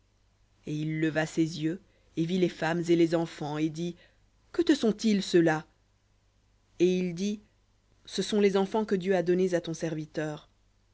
et il leva ses yeux et vit les femmes et les enfants et dit que te sont-ils ceux-là et il dit ce sont les enfants que dieu a donnés à ton serviteur